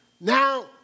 now